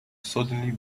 suddenly